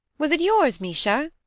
was it yours, misha?